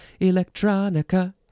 Electronica